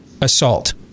assault